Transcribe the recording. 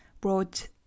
brought